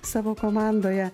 savo komandoje